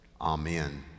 Amen